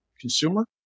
consumer